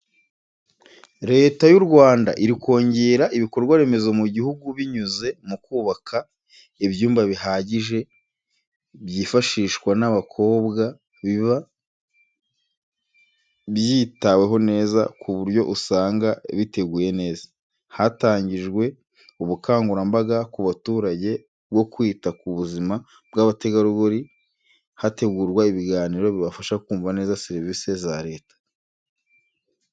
Leta y'u Rwanda iri kongera ibikorwaremezo mu gihugu binyuze mu kubaka ibyumba bihagije byifashishwa n'abakobwa biba byitahweho neza, ku buryo usanga biteguye nez. Hatangijwe ubukangurambaga ku baturage bwo kwita ku buzima bw'abategarugori hategurwa ibiganiro bibafasha kumva neza serivisi za Leta.